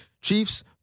Chiefs